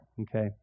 okay